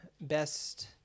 best